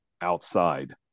outside